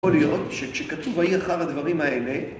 יכול להיות שכשכתוב: ויהיה אחר הדברים האלה